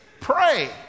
Pray